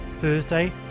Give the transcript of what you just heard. Thursday